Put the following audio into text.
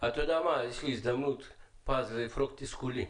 אתה יודע, יש לי הזדמנות פז לפרוק תסכולים.